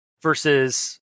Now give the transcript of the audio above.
versus